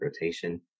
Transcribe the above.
rotation